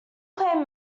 played